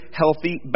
healthy